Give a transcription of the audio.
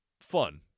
Fun